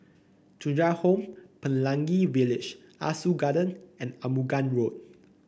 Thuja Home Pelangi Village Ah Soo Garden and Arumugam Road